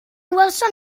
welsom